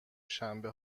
شنبه